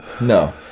No